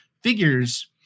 figures